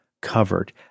covered